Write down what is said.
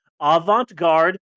avant-garde